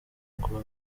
ngo